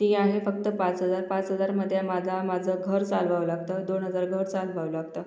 ती आहे फक्त पाच हजार पाच हजारमध्ये माजा माझं घर चालवावं लागतं दोन हजार घर चालवावं लागतं